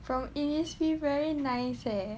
from Innisfree very nice eh